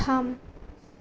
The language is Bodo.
थाम